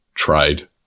trade